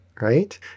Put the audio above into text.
right